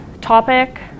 topic